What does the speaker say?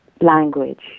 language